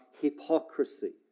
hypocrisy